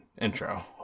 intro